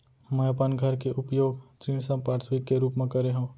मै अपन घर के उपयोग ऋण संपार्श्विक के रूप मा करे हव